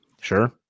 Sure